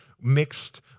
mixed